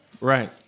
Right